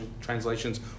translations